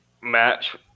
match